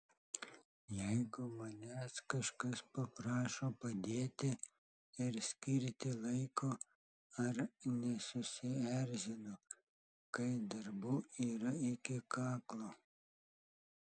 jeigu manęs kažkas paprašo padėti ir skirti laiko ar nesusierzinu kai darbų yra iki kaklo